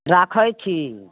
राखय छी